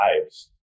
lives